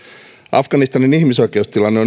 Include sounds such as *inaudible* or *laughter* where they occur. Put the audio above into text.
afganistanin ihmisoikeustilanne *unintelligible*